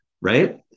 right